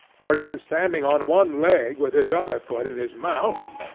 or even standing on one leg with his other foot in his mouth,